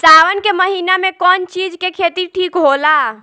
सावन के महिना मे कौन चिज के खेती ठिक होला?